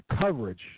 coverage